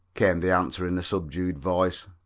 came the answer in a subdued voice.